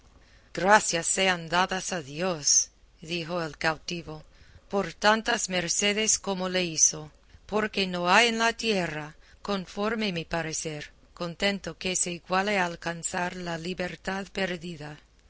gracias sean dadas a dios dijo el cautivo por tantas mercedes como le hizo porque no hay en la tierra conforme mi parecer contento que se iguale a alcanzar la libertad perdida